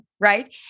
right